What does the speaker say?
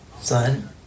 son